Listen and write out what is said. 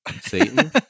satan